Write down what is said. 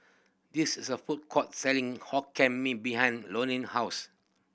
this is a food court selling Hokkien Mee behind house